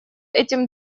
этим